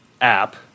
app